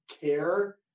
care